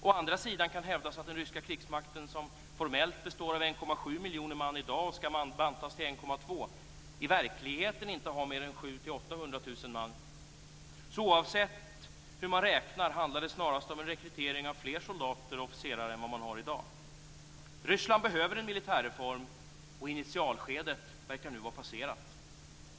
Å andra sidan kan hävdas att den ryska krigsmakten, som formellt består av 1,7 miljoner man i dag men som skall bantas till 1,2 miljoner, i verkligheten inte har mer än 7-800 000 man. Så oavsett hur man räknar handlar det snarast om en rekrytering av fler soldater och officerare än vad man har i dag. Ryssland behöver en militärreform och initialskedet verkar nu vara passerat.